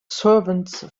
servants